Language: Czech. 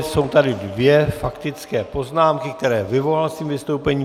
Jsou tady dvě faktické poznámky, které vyvolal svým vystoupením.